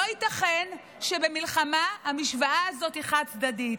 לא ייתכן שבמלחמה המשוואה הזאת היא חד-צדדית.